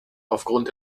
aufgrund